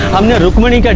i'm not rukmini.